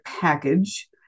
package